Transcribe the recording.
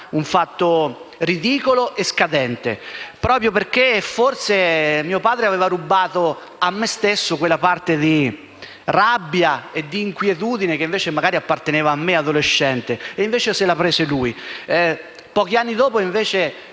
un fatto ridicolo e scadente, proprio perché forse mio padre aveva rubato a me stesso quella parte di rabbia e di inquietudine che apparteneva a me adolescente, prendendosela lui. Pochi anni dopo, entrato